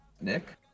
Nick